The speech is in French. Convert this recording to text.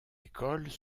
écoles